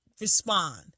Respond